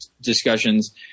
discussions